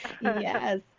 Yes